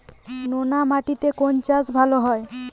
নোনা মাটিতে কোন চাষ ভালো হয়?